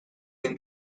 two